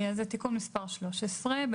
תיקון התקנון האחיד תיקון מס' 13 "1.